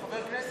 הוא חבר כנסת,